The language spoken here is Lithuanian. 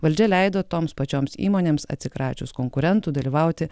valdžia leido toms pačioms įmonėms atsikračius konkurentų dalyvauti